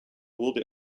wurde